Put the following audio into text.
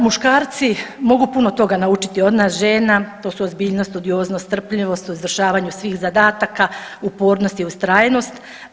Muškarci mogu puno toga naučiti od nas žena, to su ozbiljnost, studioznost, strpljivost, uzdržavanje svih zadataka, upornost i ustrajnost.